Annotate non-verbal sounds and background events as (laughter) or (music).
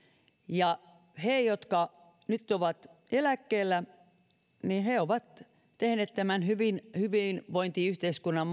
he jotka nyt ovat eläkkeellä ovat tehneet mahdolliseksi meille tämän hyvinvointiyhteiskunnan (unintelligible)